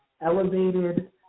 elevated